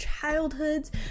childhoods